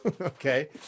Okay